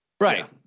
Right